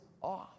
off